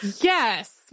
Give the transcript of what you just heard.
Yes